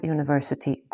University